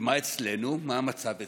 ומה אצלנו, מה המצב אצלנו?